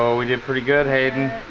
ah we did pretty good hayden